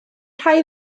rhai